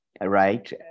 right